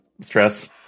stress